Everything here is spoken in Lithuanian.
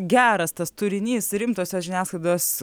geras tas turinys rimtosios žiniasklaidos